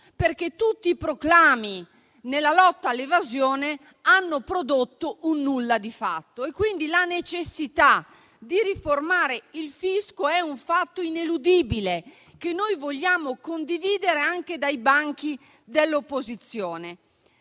perché tutti i proclami nella lotta all'evasione hanno prodotto un nulla di fatto. La necessità di riformare il fisco è quindi un fatto ineludibile, che vogliamo condividere anche dai banchi dell'opposizione.